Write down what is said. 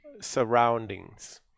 surroundings